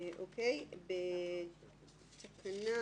באותה תקנה